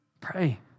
Pray